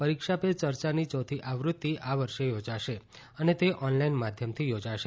પરીક્ષા પે ચર્ચાની યોથી આવૃત્તિ આ વર્ષે યોજાશે અને તે ઓનલાઇન માધ્યમથી યોજાશે